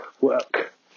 work